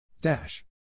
dash